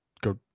go